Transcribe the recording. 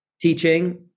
teaching